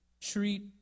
treat